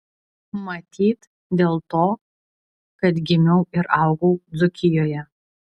matyt dėl to kad gimiau ir augau dzūkijoje